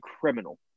criminal